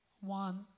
one